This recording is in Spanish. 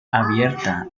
abierta